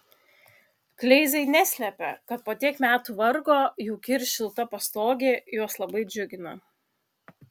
kleizai neslepia kad po tiek metų vargo jauki ir šilta pastogė juos labai džiugina